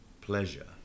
pleasure